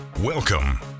Welcome